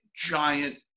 giant